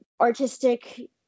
artistic